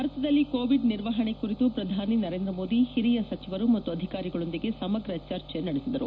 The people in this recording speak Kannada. ಭಾರತದಲ್ಲಿ ಕೊವಿಡ್ ನಿರ್ವಹಣೆ ಕುರಿತು ಪ್ರಧಾನಿ ನರೇಂದ್ರಮೋದಿ ಹಿರಿಯ ಸಚಿವರು ಮತ್ತು ಅಧಿಕಾರಿಗಳೊಂದಿಗೆ ಸಮಗ್ರ ಚರ್ಚೆ ನಡೆಸಿದರು